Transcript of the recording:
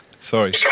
Sorry